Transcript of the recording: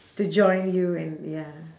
to join you and ya